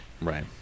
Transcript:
Right